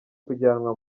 kujyanwa